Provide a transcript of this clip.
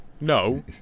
No